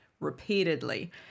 repeatedly